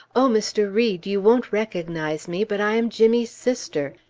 o mr. read! you won't recognize me, but i am jimmy's sister!